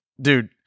Dude